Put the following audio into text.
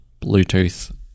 Bluetooth